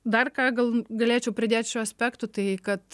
dar ką gal galėčiau pridėt šiuo aspektu tai kad